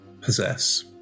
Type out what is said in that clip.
possess